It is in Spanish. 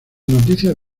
noticias